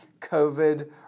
COVID